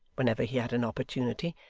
whenever he had an opportunity,